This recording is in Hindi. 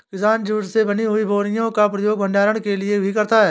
किसान जूट से बनी हुई बोरियों का प्रयोग भंडारण के लिए भी करता है